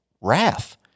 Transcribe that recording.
wrath